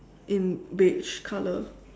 in beige colour